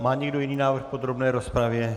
Má někdo jiný návrh v podrobné rozpravě?